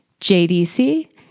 JDC